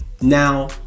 Now